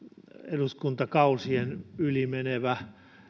eduskuntakausien yli menevä